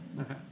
Okay